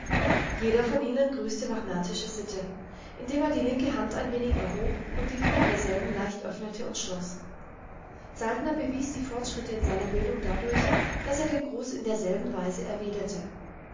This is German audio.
jeder von ihnen grüßte nach martischer sitte indem er die linke hand ein wenig erhob und die finger derselben leicht öffnete und schloß saltner bewies die fortschritte in seiner bildung dadurch daß er den gruß in derselben weise erwiderte